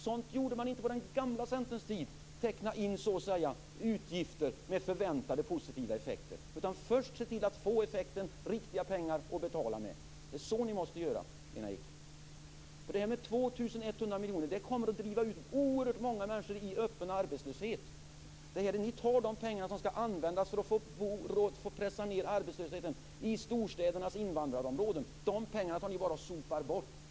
Sådant gjorde man inte på den gamla centerns tid, tecknade in utgifter med förväntade positiva effekter. Först skall man se till att få effekten, riktiga pengar att betala med. Det är så ni måste göra, Lena Ek. Ert förslag, som gäller 2 100 miljoner, kommer att driva ut oerhört många människor i öppen arbetslöshet. Ni tar de pengar som skall användas för att pressa ned arbetslösheten i storstädernas invandrarområden. De pengarna sopar ni bort.